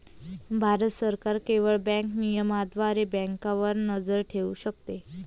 भारत सरकार केवळ बँक नियमनाद्वारे बँकांवर नजर ठेवू शकते